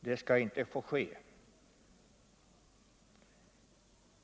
Detta skall inte få ske!